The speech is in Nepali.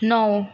नौ